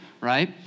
right